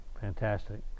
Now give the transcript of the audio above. fantastic